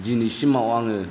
दिनैसिमाव आङो